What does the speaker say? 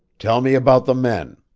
tell me about the men.